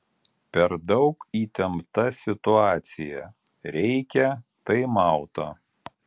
per daug įtempta situacija reikia taimauto